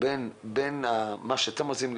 בין מה שאתם עושים,